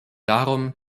darum